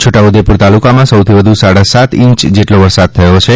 છોટાઉદેપુર તાલુકામાં સૌથી વધુ સાડા સાત ઇંચ જેટલો વરસાદ વરસ્યો છે